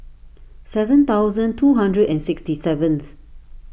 seven thousand two hundred and sixty seventh